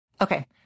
Okay